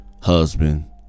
Husband